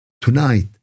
tonight